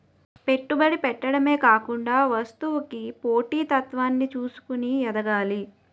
పెట్టుబడి పెట్టడమే కాకుండా వస్తువుకి పోటీ తత్వాన్ని చూసుకొని ఎదగాలి